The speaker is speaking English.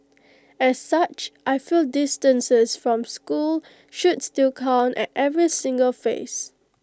as such I feel distances from school should still count at every single phase